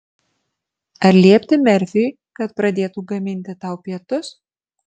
ar liepti merfiui kad pradėtų gaminti tau pietus